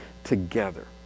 together